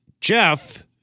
Jeff